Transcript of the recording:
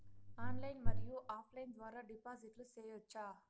Online మరియు offline ద్వారా డిపాజిట్లు సేయొచ్చా?